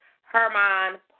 Herman